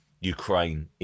Ukraine